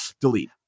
delete